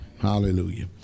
hallelujah